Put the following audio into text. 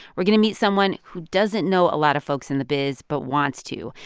we're going to meet someone who doesn't know a lot of folks in the biz but wants to.